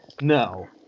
no